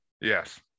Yes